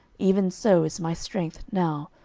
even so is my strength now,